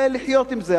לחיות עם זה.